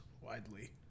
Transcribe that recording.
widely